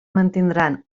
mantindran